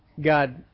God